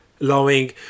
allowing